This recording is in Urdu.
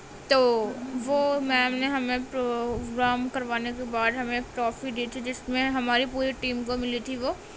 تو وہ میم نے ہمیں پروگرام کروانے کے بعد ہمیں ٹرافی دی تھی جس میں ہماری پوری ٹیم کو ملی تھی وہ